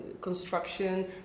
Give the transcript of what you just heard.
construction